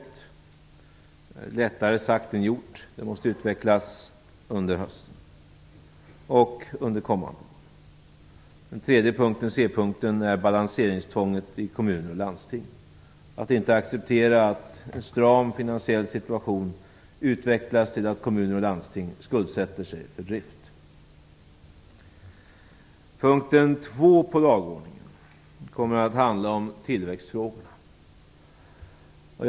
Det här är lättare sagt än gjort. Detta måste utvecklas under hösten och under kommande år. C-punkten, punkt 3, gäller balanseringstvånget i kommuner och landsting - att inte acceptera att en stram finansiell situation utvecklas till att kommuner och landsting skuldsätter sig för drift. Punkt 2 på dagordningen kommer att handla om tillväxtfrågorna.